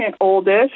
oldest